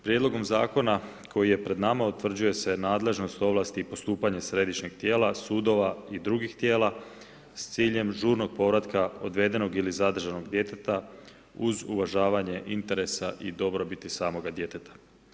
Prijedlogom zakona koji je pred nama utvrđuje se nadležnost, ovlasti i postupanje središnjeg tijela, sudova i drugih tijela s ciljem žurnog povratka odvedenog ili zadržanog djeteta uz uvažavanje interesa i dobrobiti samoga djeteta.